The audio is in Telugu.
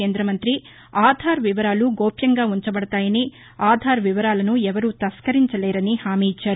కేంద మంతి ఆధార్ వివరాలు గోప్యంగా ఉంచబడతాయని ఆధార్ వివరాలను ఎవరూ తస్కరించలేరని హామీఇచ్చారు